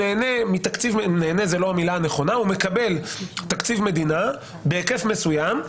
הוא מקבל תקציב מדינה בהיקף מסוים,